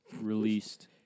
released